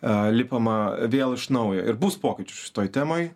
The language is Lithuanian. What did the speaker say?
a lipama vėl iš naujo ir bus pokyčių šitoj temoj